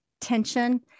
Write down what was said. tension